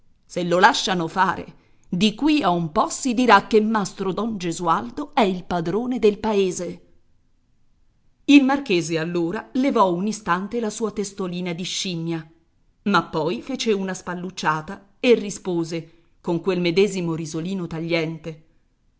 se lo lasciano fare di qui a un po si dirà che mastro don gesualdo è il padrone del paese il marchese allora levò un istante la sua testolina di scimmia ma poi fece una spallucciata e rispose con quel medesimo risolino tagliente